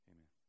Amen